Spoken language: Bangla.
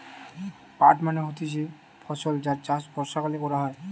পাট মানে হতিছে ফসল যার চাষ বর্ষাকালে করা হতিছে